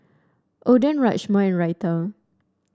Oden Rajma and Raita